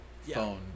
phone